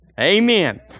Amen